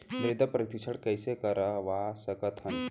मृदा परीक्षण कइसे करवा सकत हन?